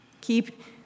keep